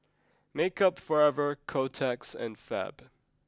Makeup Forever Kotex and Fab